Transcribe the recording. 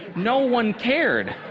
no one cared.